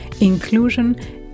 inclusion